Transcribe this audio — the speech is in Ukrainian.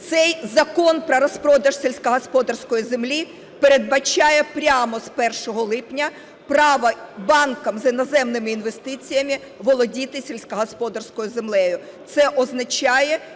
Цей закон про розпродаж сільськогосподарської землі передбачає прямо з 1 липня право банкам з іноземними інвестиціями володіти сільськогосподарською землею.